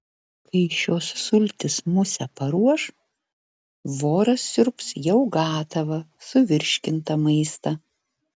kai šios sultys musę paruoš voras siurbs jau gatavą suvirškintą maistą